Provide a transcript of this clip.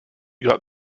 got